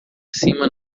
cima